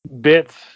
bits